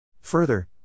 Further